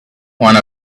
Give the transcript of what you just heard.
one